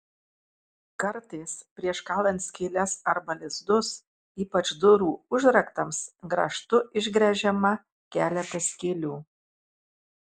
kartais prieš kalant skyles arba lizdus ypač durų užraktams grąžtu išgręžiama keletas skylių